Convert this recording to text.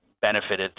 benefited